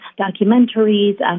documentaries